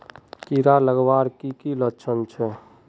कीड़ा लगवार की की लक्षण छे?